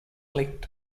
click